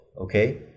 okay